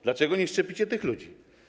Dlaczego nie szczepicie tych ludzi?